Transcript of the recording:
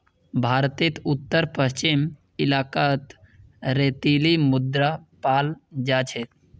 भारतेर उत्तर पश्चिम इलाकात रेतीली मृदा पाल जा छेक